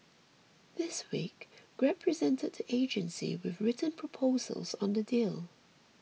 this week Grab presented the agency with written proposals on the deal